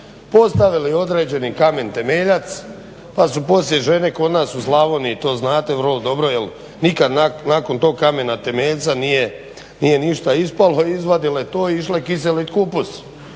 Postavili određeni kamen temeljac pa su poslije žene kod nas u Slavoniji to znate vrlo dobro jer nikad nakon tog kamena temeljca nije ništa ispalo izvadile to i išle kiseliti kupus